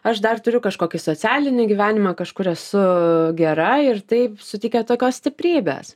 aš dar turiu kažkokį socialinį gyvenimą kažkur esu gera ir taip suteikia tokios stiprybės